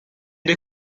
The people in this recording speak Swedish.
det